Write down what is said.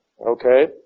Okay